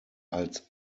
als